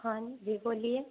हाँ जी बोलिए